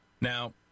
Now